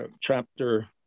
chapter